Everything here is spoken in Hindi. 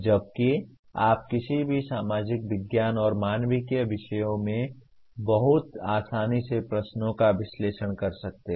जबकि आप किसी भी सामाजिक विज्ञान और मानविकी विषयों में बहुत आसानी से प्रश्नों का विश्लेषण कर सकते हैं